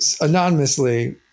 anonymously